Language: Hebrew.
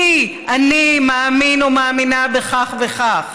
כי אני מאמין או מאמינה בכך וכך,